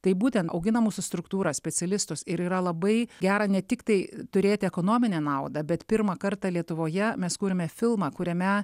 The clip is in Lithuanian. tai būtent augina mūsų struktūrą specialistus ir yra labai gera ne tiktai turėti ekonominę naudą bet pirmą kartą lietuvoje mes kūrėme filmą kuriame